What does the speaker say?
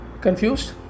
Confused